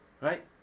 Right